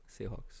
Seahawks